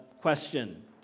question